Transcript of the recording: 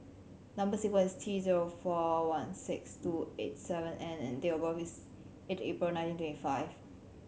number sequence T zero four one six two eight seven N and date of birth is eight April nineteen twenty five